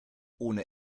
ohne